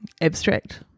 abstract